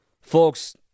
folks